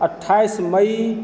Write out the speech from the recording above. अट्ठाइस मई